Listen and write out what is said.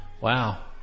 Wow